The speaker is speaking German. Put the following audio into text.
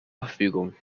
verfügung